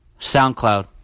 SoundCloud